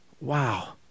Wow